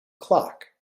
clock